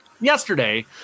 Yesterday